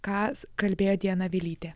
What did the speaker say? ką kalbėjo diana vilytė